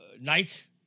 night